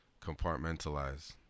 compartmentalize